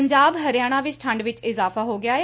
ਪੰਜਾਬ ਹਰਿਆਣਾ ਵਿਚ ਠੰਡ ਵਿਚ ਇਜਾਫਾ ਹੋ ਗਿਆ ਏ